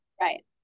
right